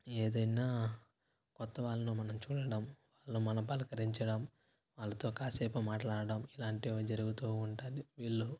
ఏదైనా కొత్త వాళ్లను మనం చూడడం వాళ్ళు మనం పలకరించడం వాళ్లతో కాసేపు మాట్లాడడం ఇలాంటివి జరుగుతూ ఉంటుంది వీళ్ళు